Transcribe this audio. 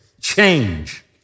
change